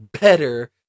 better